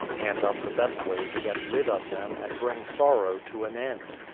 and of the best way to get rid of them and bring sorrow to an end.